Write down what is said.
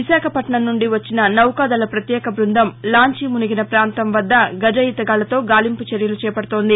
విశాఖపట్నం నుండి వచ్చిన నౌకాదళ ప్రత్యేక బృందం లాంచీ మునిగిన పాంతం వద్ద గజ ఈతగాళ్ళతో గాలింపు చర్యలు చేపడుతోంది